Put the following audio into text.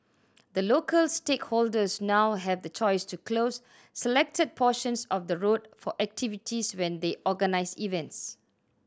the local stakeholders now have the choice to close selected portions of the road for activities when they organise events